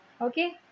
Okay